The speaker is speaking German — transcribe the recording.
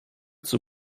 zur